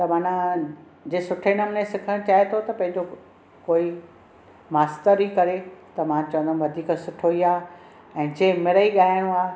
त माना जे सुठे नमूने सिखण चाहे थो त पंहिंजो कोई मास्तरु ई करे त मां चहंदमि वधीक सुठो ई आहे जे मिड़ई ॻाइणो आहे